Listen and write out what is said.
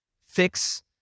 fix